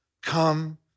come